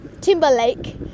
Timberlake